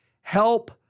help